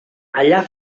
allà